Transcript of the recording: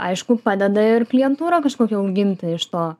aišku padeda ir klientūrą kažkokią auginti iš to